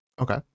Okay